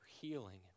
healing